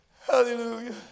Hallelujah